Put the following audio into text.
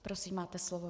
Prosím, máte slovo.